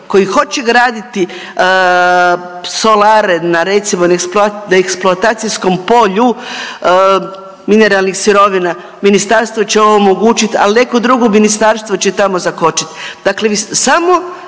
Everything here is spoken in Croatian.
koji hoće graditi solare na recimo na eksploatacijskom polju mineralnih sirovina ministarstvo će ovo omogućiti, ali neko drugo ministarstvo će tamo zakočiti. Dakle, vi samo